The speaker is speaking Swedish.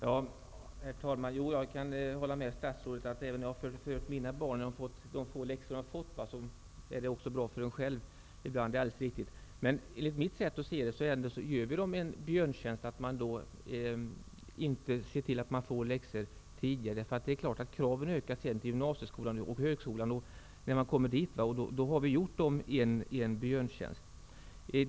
Herr talman! Jag kan hålla med statsrådet att det också är bra för föräldern själv. Det är alldeles riktigt. Det gäller även de få läxor som mina barn har fått. Men enligt mitt sett att se det gör vi eleverna en björntjänst när vi inte ser till att de får läxor tidigare. Kraven ökar sedan i gymnasieskolan och i högskolan när de väl kommer dit, och då har vi gjort dem en björntjänst.